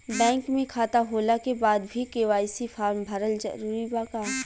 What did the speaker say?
Bank में खाता होला के बाद भी के.वाइ.सी फार्म भरल जरूरी बा का?